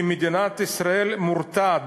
כי מדינת ישראל מורתעת,